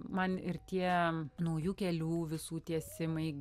man ir tie naujų kelių visų tiesimai